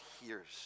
hears